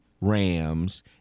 Rams